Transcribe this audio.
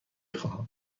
خواهم